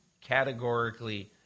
categorically